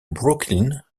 brooklyn